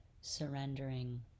surrendering